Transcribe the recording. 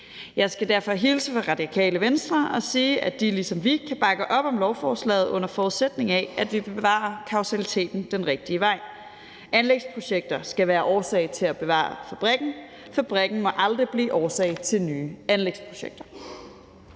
Jeg skal derfor hilse fra Radikale Venstre og sige, at de ligesom vi kan bakke op om lovforslaget, under forudsætning af at vi kan bevare kausaliteten den rigtige vej. Anlægsprojekter skal være årsag til at bevare fabrikken; fabrikken må aldrig blive årsag til nye anlægsprojekter.